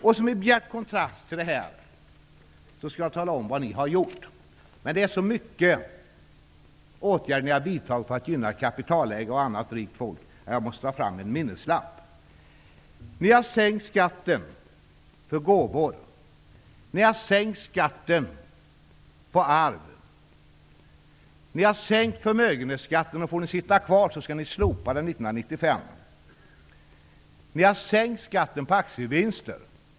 I bjärt kontrast till detta skall jag tala om vad ni har gjort. Ni har vidtagit så många åtgärder för att gynna kapitalägare och annat rikt folk att jag måste ta fram en minneslapp. Ni har sänkt skatten för gåvor. Ni har sänkt skatten på arv. Ni har sänkt förmögenhetsskatten. Får ni sitta kvar i regeringsställning, kommer ni att slopa förmögenhetsskatten 1995. Ni har sänkt skatten på aktievinster.